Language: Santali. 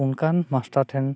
ᱚᱱᱠᱟᱱ ᱴᱷᱮᱱ